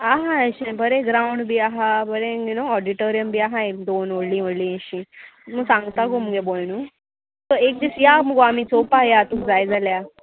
आहा अशें बरें ग्रावंड बी आहा बरें यू नो ऑडिटोरीयम बी आहा एक दोन व्हडलीं व्हडलीं अशीं मुगो सांगता गो मगे भयणू सो एक दीस या मुगो आमी चोवपा या तुका जाय जाल्या